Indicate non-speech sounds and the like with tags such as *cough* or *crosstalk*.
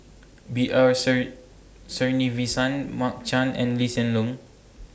B R *unintelligible* Sreenivasan Mark Chan and Lee Hsien Loong